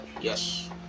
yes